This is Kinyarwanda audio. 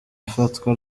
ifatwa